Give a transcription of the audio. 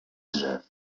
drzew